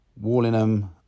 Wallingham